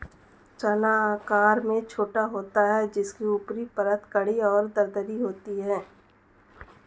चना आकार में छोटा होता है जिसकी ऊपरी परत कड़ी और दरदरी होती है